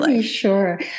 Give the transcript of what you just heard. Sure